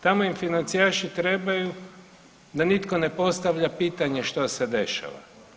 Tamo im financijaši trebaju da nitko ne postavlja pitanje što se dešava.